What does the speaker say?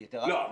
לא.